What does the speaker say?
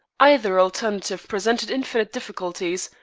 either alternative presented infinite difficulties,